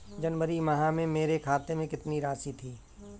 जनवरी माह में मेरे खाते में कितनी राशि थी?